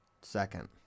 second